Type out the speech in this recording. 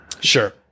Sure